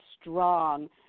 strong